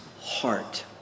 heart